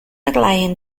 underlying